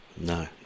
No